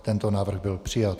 Tento návrh byl přijat.